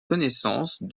connaissance